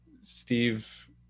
Steve